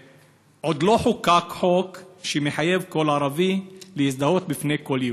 עוד לא חוקק חוק שמחייב כל ערבי להזדהות בפני כל יהודי,